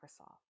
Microsoft